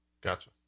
gotcha